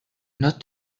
not